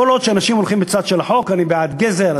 כל עוד אנשים הולכים בצד של החוק אני בעד גזר,